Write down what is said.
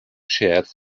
sheared